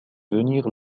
venir